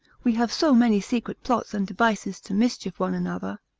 we have so many secret plots and devices to mischief one another.